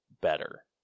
better